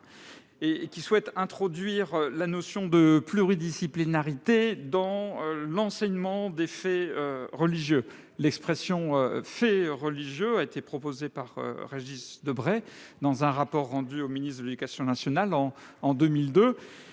modeste, afin d'introduire la notion de pluridisciplinarité dans l'enseignement des faits religieux. L'expression « fait religieux » a été proposée par Régis Debray dans un rapport rendu au ministre de l'éducation nationale en 2002.